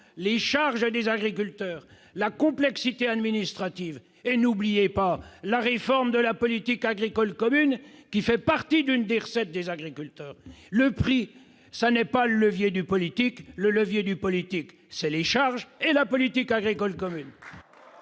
les charges des agriculteurs, auxquelles j'associe la complexité administrative, mais n'oubliez pas la réforme de la politique agricole commune, qui procure une partie des recettes des agriculteurs. Le prix n'est pas le levier du politique ; le levier du politique, ce sont les charges et la politique agricole commune.